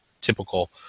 typical